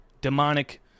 demonic